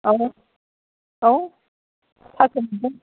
औ औ